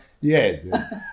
yes